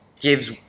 gives